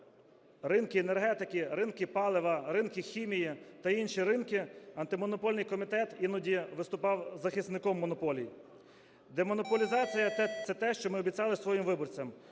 ринки енергетики, ринки палива, ринки хімії та інші ринки – Антимонопольний комітет іноді виступав захисником монополій. Демонополізація – це те, що ми обіцяли своїм виборцям.